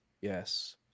Yes